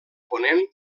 ponent